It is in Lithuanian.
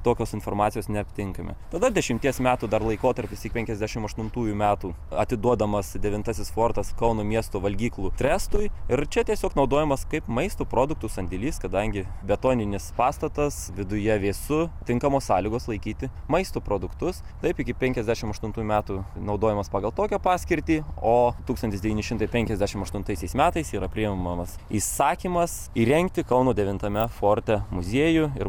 tokios informacijos neaptinkame tada dešimties metų dar laikotarpis iki penkiasdešimt aštuntųjų metų atiduodamas devintasis fortas kauno miesto valgyklų trestui ir čia tiesiog naudojamas kaip maisto produktų sandėlys kadangi betoninis pastatas viduje vėsu tinkamos sąlygos laikyti maisto produktus taip iki penkiasdešimt aštuntųjų metų naudojamas pagal tokią paskirtį o tūkstantis devyni šimtai penkiasdešimt aštuntaisiais metais yra priimamas įsakymas įrengti kauno devintame forte muziejų ir